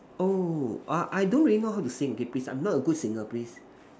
oh err I don't really know how to sing okay please I'm not a good singer please